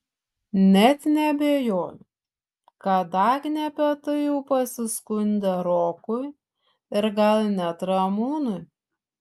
net neabejoju kad agnė apie tai jau pasiskundė rokui ir gal net ramūnui